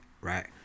right